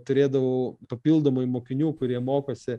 turėdavau papildomai mokinių kurie mokosi